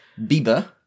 Bieber